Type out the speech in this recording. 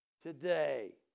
Today